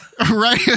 right